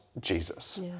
Jesus